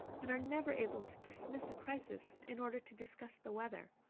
and are never able to dismiss a crisis in order to discuss the weather.